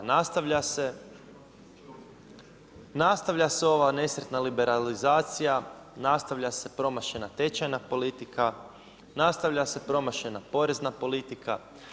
Nastavlja se, nastavlja se ova nesretna liberalizacija, nastavlja se promašena tečajna politika, nastavlja se promašena porezna politika.